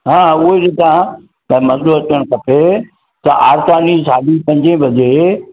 हा हा उहो ई थो चवां त मज़ो अचणु खपे त आर्तवारु ॾींहुं साढी पंजे बजे